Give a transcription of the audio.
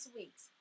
weeks